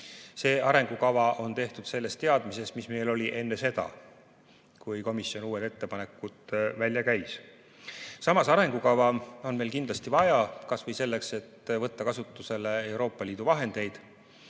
See arengukava on tehtud selles teadmises, mis meil oli enne seda, kui komisjon uued ettepanekud välja käis. Samas, arengukava on meil kindlasti vaja, kas või selleks, et võtta kasutusele Euroopa Liidu vahendeid,